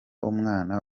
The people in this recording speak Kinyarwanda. umwana